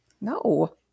no